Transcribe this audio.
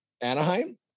Anaheim